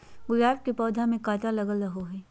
गुलाब के पौधा में काटा लगल रहो हय